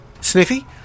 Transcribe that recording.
Sniffy